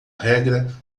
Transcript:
regra